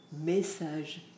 message